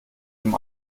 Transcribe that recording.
dem